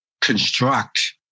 construct